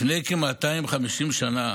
לפני כ-250 שנה